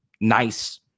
nice